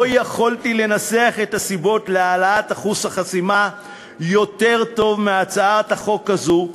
לא יכולתי לנסח את הסיבות להעלאת אחוז החסימה טוב יותר מהצעת החוק הזו,